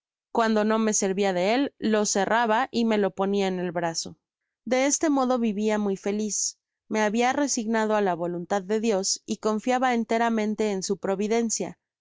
cuando no me servia de él lo cerraba y me lo ponia en el brazo de este modo vivia muy feliz me habia resignado á la voluntad de dios y confiaba enteramente en su providencia